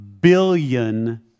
billion